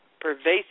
pervasive